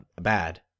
bad